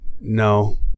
no